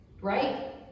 right